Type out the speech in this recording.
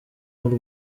w’u